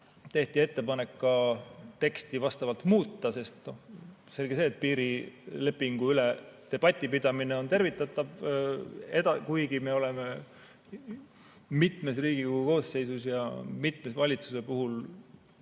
Tehti ettepanek ka teksti vastavalt muuta, sest selge see, piirilepingu üle debati pidamine on tervitatav. Samas me oleme mitmes Riigikogu koosseisus ja mitme valitsuse puhul